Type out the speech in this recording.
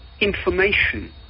information